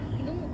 gemuk